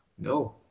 No